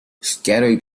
scattered